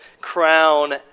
crown